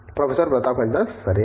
professor Pratap Haridas సరే